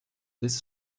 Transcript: this